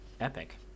epic